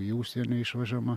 į užsienį išvežama